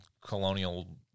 colonial